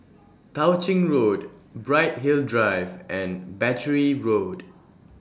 Tao Ching Road Bright Hill Drive and Battery Road